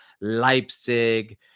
Leipzig